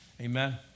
amen